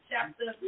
Chapter